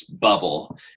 bubble